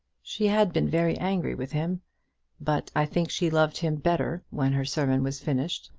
she had been very angry with him but i think she loved him better when her sermon was finished,